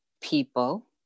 people